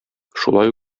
шулай